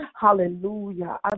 Hallelujah